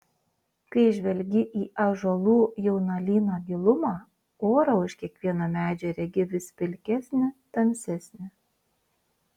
kai žvelgi į ąžuolų jaunuolyno gilumą orą už kiekvieno medžio regi vis pilkesnį tamsesnį